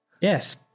Yes